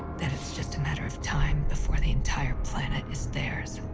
that it's just a matter of time before the entire planet is theirs.